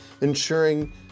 ensuring